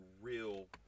real